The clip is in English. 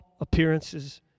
appearances